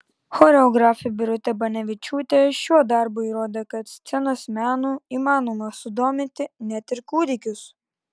choreografė birutė banevičiūtė šiuo darbu įrodė kad scenos menu įmanoma sudominti net ir kūdikius